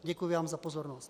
Děkuji vám za pozornost.